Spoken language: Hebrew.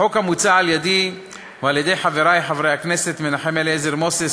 החוק המוצע על-ידי ועל-ידי חברי חברי הכנסת מנחם אליעזר מוזס,